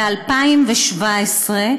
ב-2017,